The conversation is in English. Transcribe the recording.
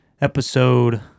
episode